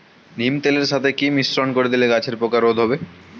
নিম তেলের সাথে কি মিশ্রণ করে দিলে গাছের পোকা রোধ হবে?